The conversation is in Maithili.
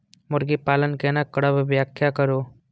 मुर्गी पालन केना करब व्याख्या करु?